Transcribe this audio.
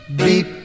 Beep